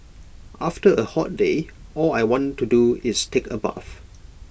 after A hot day all I want to do is take A bath